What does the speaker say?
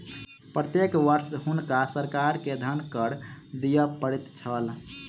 प्रत्येक वर्ष हुनका सरकार के धन कर दिअ पड़ैत छल